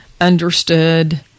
understood